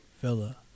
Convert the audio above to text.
fella